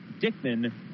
Dickman